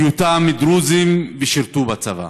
היותם דרוזים ששירתו בצבא.